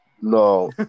No